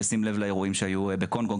בשים לב לאירועים שהיו בקונגו.